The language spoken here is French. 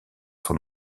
son